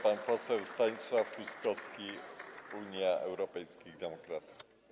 Pan poseł Stanisław Huskowski, Unia Europejskich Demokratów.